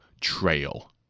trail